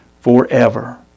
forever